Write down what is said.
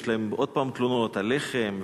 יש להם עוד פעם תלונות: על לחם,